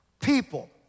people